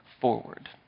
forward